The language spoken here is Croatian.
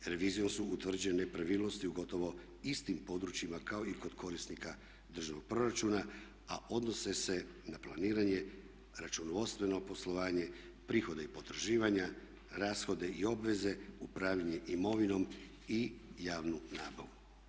Revizijom su utvrđene nepravilnosti u gotovo istim područjima kao i kod korisnika državnog proračuna a odnose se na planiranje, računovodstveno poslovanje, prihode i potraživanja, rashode i obveze, upravljanje imovinom i javnu nabavu.